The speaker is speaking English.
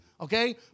okay